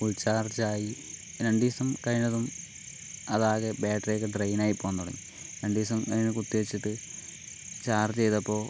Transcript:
full charge ആയി രണ്ടു ദിവസം കഴിഞ്ഞതും അത് ആകെ ബാറ്ററി ഒക്കെ ഡ്രെയിൻ ആയിപ്പോകാൻ തുടങ്ങി രണ്ടു ദിവസം കഴിഞ്ഞു കുത്തിവെച്ചിട്ട് ചാർജ് ചെയ്തപ്പോൾ